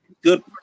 good